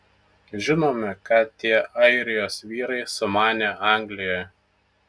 žinome ką tie airijos vyrai sumanė anglijoje